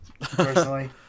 personally